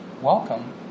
Welcome